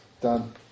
Done